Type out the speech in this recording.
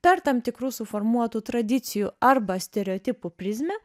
per tam tikrų suformuotų tradicijų arba stereotipų prizmę